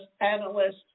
analysts